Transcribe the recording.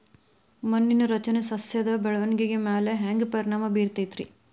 ಮಣ್ಣಿನ ರಚನೆ ಸಸ್ಯದ ಬೆಳವಣಿಗೆ ಮ್ಯಾಲೆ ಹ್ಯಾಂಗ್ ಪರಿಣಾಮ ಬೇರತೈತ್ರಿ?